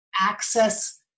access